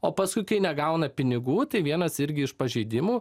o pasuki kai negauna pinigų tai vienas irgi iš pažeidimų